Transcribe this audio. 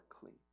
clean